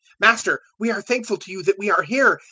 master, we are thankful to you that we are here.